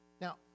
Now